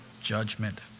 judgment